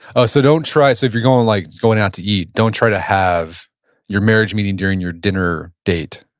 oh so don't try, so if you're going like going out to eat, don't try to have your marriage meeting during your dinner date,